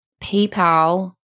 PayPal